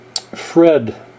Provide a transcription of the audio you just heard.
Fred